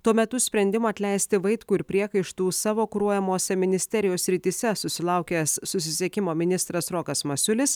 tuo metu sprendimą atleisti vaitkų ir priekaištų savo kuruojamose ministerijos srityse susilaukęs susisiekimo ministras rokas masiulis